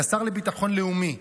כשר לביטחון לאומי,